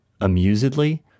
amusedly